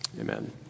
Amen